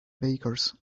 bakers